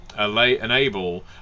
enable